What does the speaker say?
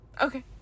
okay